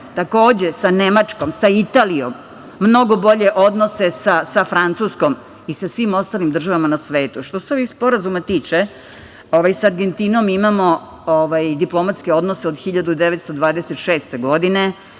takođe sa Nemačkom, sa Italijom, mnogo bolje odnose sa Francuskom i sa svim ostalim državama na svetu. Što se ovih sporazuma tiče, ovaj sa Argentinom, imamo diplomatske odnose od 1926. godine,